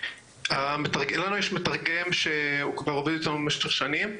לנו יש מתרגם שעובד איתנו כבר במשך שנים,